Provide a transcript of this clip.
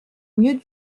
mieux